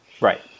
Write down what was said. Right